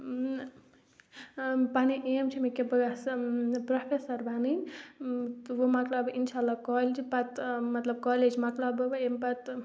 پَنٕنۍ ایم چھِ مےٚ کہِ بہٕ گژھٕ پرٛوفٮ۪سَر بَنٕنۍ بہٕ مَکلاو بیٚیہِ اِنشاء اللہ کالجہِ پَتہٕ مطلب کالیج مَکلاو بہٕ وۄنۍ امہِ پَتہٕ